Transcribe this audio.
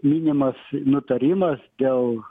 minimas nutarimas dėl